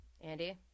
Andy